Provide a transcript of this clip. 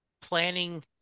planning